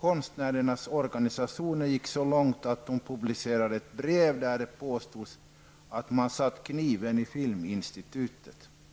Konstnärernas organisationer gick så långt att de publicerade ett brev i vilket påstods att man hade satt kniven i Filminstitutet